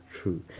true